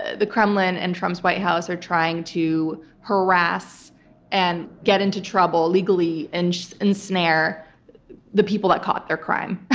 the kremlin and trump's white house are trying to harass and get into trouble legally and ensnare the people that caught their crime.